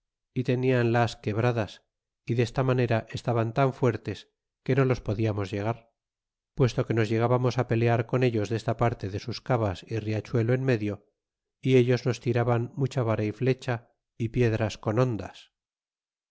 y tenianlas quebradas y desta manera estaban tan fuertes que no los podiamos llegar puesto que nos llegábamos pelear con ellos desta parte de sus cavas y riachuelo en medio y ellos nos tiraban mucha vara y flecha piedras con hondas